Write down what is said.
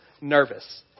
nervous